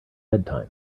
bedtime